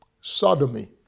sodomy